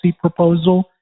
proposal